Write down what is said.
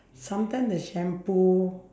sometimes the shampoo